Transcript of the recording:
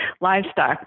livestock